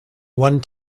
one